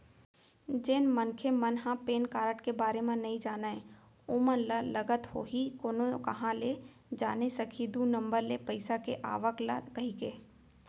जेन मनखे मन ह पेन कारड के बारे म नइ जानय ओमन ल लगत होही कोनो काँहा ले जाने सकही दू नंबर ले पइसा के आवक ल कहिके